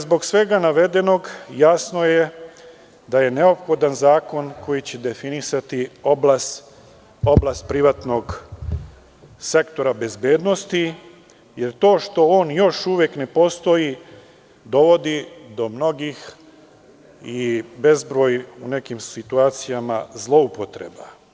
Zbog svega navedenog, jasno je da je neophodan zakon koji će definisati oblast privatnog sektora bezbednosti, jer to što on još uvek ne postoji, dovodi do mnogih i u nekim situacijama bezbroj zloupotreba.